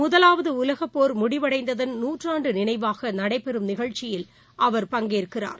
முதலாவதுடலகப்போர் முடிவடைந்ததன் நூற்றாண்டுநினைவாகநடைபெறும் நிகழ்ச்சியில் அவர் பங்கேற்கிறார்